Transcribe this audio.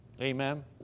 Amen